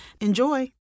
Enjoy